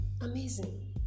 Amazing